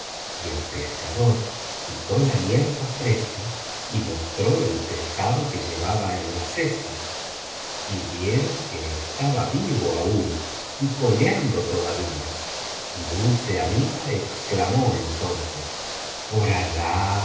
y el pescador quitó la hierba fresca y mostró el pescado que llevaba en la cesta y vieron que estaba vivo aún y coleando todavía y dulce amiga exclamó entonces por